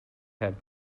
have